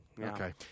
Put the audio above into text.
Okay